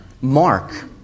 Mark